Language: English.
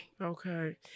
Okay